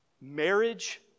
marriage